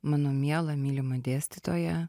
mano miela mylima dėstytoja